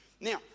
Now